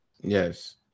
yes